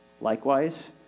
Likewise